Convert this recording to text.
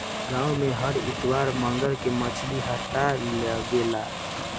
गाँव में हर इतवार मंगर के मछली हट्टा लागेला